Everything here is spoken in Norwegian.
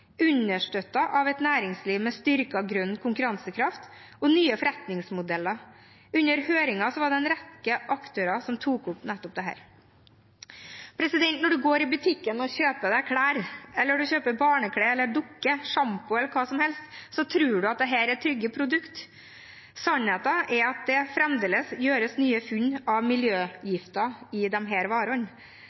understøttet av et næringsliv med styrket grønn konkurransekraft og nye forretningsmodeller. Under høringen var det en rekke aktører som tok opp nettopp dette. Når en går i butikken og kjøper klær, barneklær, dukke, sjampo eller hva som helst, tror en at dette er trygge produkt. Sannheten er at det fremdeles gjøres nye funn av miljøgifter i disse varene.